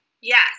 Yes